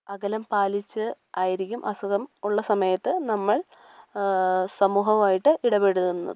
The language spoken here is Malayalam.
അകലം പാലിച്ച് ആയിരിക്കും അസുഖം ഉള്ള സമയത്ത് നമ്മൾ സമൂഹവുമായിട്ട് ഇടപെടുന്നത്